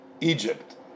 Egypt